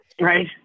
Right